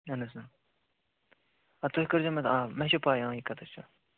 اہن حظ آ اَدٕ تُہۍ کٔرۍزو مےٚ آ مےٚ چھِ پَے آ یہِ کَتَس چھُ